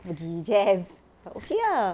pergi JEM ah okay ah